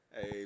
Hey